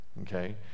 Okay